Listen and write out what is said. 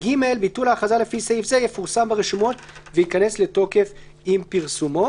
(ג) ביטול ההכרזה לפי סעיף זה יפורסם ברשומות וייכנס לתוקף עם פרסומו."